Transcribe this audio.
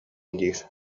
диир